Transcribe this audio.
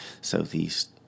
southeast